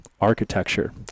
architecture